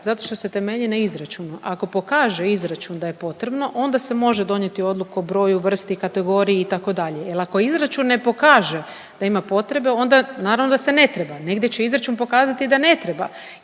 zato što se temelji na izračunu. Ako pokaže izračun da je potrebno, onda se može donijeti odluka o broju, vrsti, kategoriji itd. Jer ako izračun ne pokaže da ima potrebe onda naravno da se ne treba. Negdje će izračun pokazati da ne treba